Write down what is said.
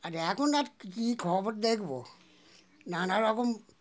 আর এখন আর কী খবর দেখবো নানারকম